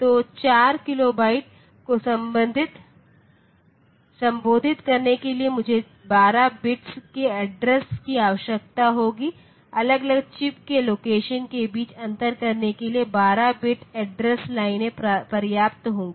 तो 4 किलोबाइट को संबोधित करने के लिए मुझे 12 बिट्स के एड्रेस की आवश्यकता होगी अलग अलग चिप्स के लोकेशन के बीच अंतर करने के लिए 12 बिट एड्रेस लाइने पर्याप्त होंगी